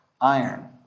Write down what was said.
iron